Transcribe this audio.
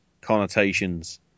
connotations